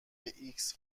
ایکس